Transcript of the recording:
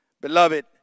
Beloved